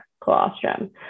colostrum